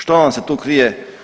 Što nam se tu krije?